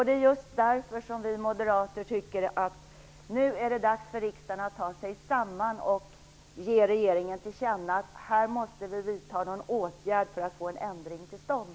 Det är just därför som vi moderater tycker att det nu är dags för riksdagen att ta sig samman och ge regeringen till känna att vi måste vidta någon åtgärd för att få en ändring till stånd.